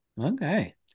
Okay